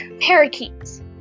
parakeets